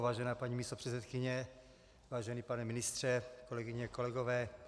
Vážená paní místopředsedkyně, vážený pane ministře, kolegyně, kolegové.